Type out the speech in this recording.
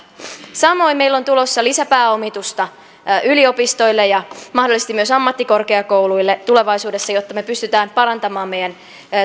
samoin meillä on tulossa lisäpääomitusta yliopistoille ja mahdollisesti myös ammattikorkeakouluille tulevaisuudessa jotta me pystymme parantamaan meidän